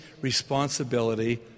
responsibility